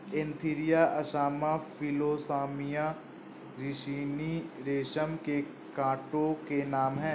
Antheraea assama Philosamia ricini रेशम के कीटो के नाम हैं